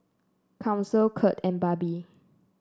Council Curt and Barbie